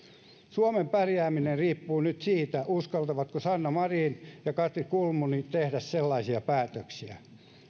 suomen pärjääminen riippuu nyt siitä uskaltavatko sanna marin ja katri kulmuni tehdä sellaisia päätöksiä